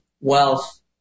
wealth